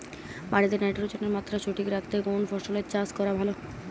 মাটিতে নাইট্রোজেনের মাত্রা সঠিক রাখতে কোন ফসলের চাষ করা ভালো?